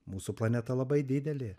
mūsų planeta labai didelė